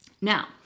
Now